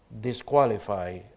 disqualify